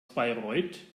bayreuth